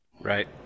Right